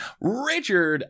Richard